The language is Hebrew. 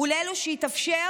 ואלה שהתאפשר